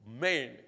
men